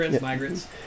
migrants